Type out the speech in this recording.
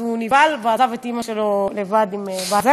הוא נבהל ועזב את אימא שלו לבד עם בזה.